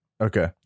Okay